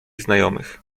znajomych